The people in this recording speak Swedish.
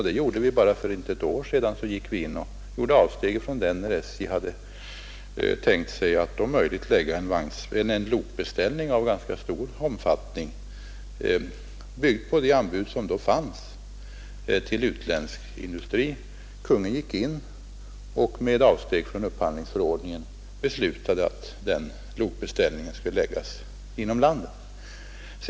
Det gjorde vi för knappt ett år sedan, när SJ hade tänkt sig om möjligt lägga en lokbeställning av ganska stor omfattning, byggd på det anbud som då fanns, hos utländsk industri. Kungl. Maj:t ingrep då och beslutade med avsteg från upphandlingsförordningen att lokbeställningen skulle läggas inom landet.